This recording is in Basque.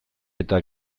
eta